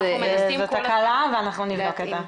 תקלה ואנחנו נבדוק אותה.